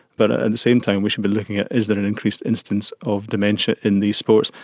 but ah at the same time we should be looking at is there an increased incidence of dementia in these sports.